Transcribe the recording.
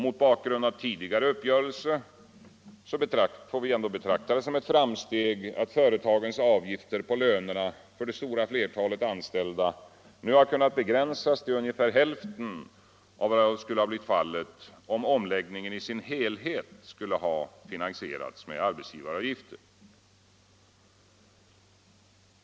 Mot bakgrund av tidigare uppgörelser bör det dock betraktas som ett framsteg att företagens avgifter på lönerna för det stora flertalet anställda nu har kunnat begränsas till ungefär hälften av vad som skulle ha blivit fallet, om omläggningen i sin helhet skulle ha finansierats med arbetsgivaravgifter.